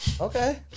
okay